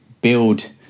build